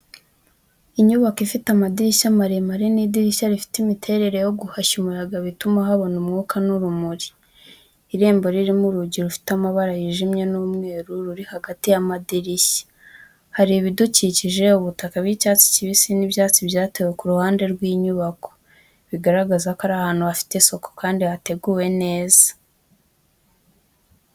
Inyubako ifite amadirishya maremare n’idirishya rifite imiterere yo guhekenya umuyaga, bituma habona umwuka n’urumuri. Irembo ririmo urugi rufite amabara yijimye n’umweru, ruri hagati y’amadirishya. Hari ibidukikije, ubutaka bw’icyatsi kibisi n’ibyatsi byatewe ku ruhande rw’inyubako, bigaragaza ko iri ahantu hafite isuku kandi hateguwe neza.